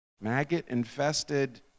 maggot-infested